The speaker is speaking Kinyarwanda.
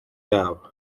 yabo